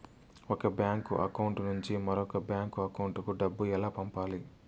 ఒక bank account నుంచి మరొక బ్యాంకు అకౌంట్ కు డబ్బు ఎలా పంపాలి